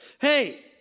hey